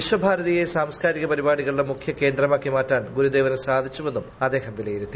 വിശ്വഭാരതിയെ സാംസ്കാരിക പരിപാടികളുടെ മുഖ്യ കേന്ദ്രമായി മാറ്റാൻ ഗുരുദേവിന് സാധിച്ചുവെന്നും അദ്ദേഹം വിലയിരുത്തി